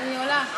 היא עולה.